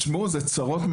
תשמעו זה צרות.